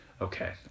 okay